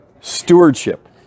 stewardship